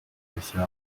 bashya